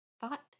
Thought